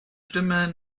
stimme